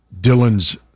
Dylan's